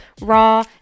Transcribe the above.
raw